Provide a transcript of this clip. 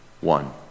One